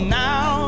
now